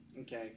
okay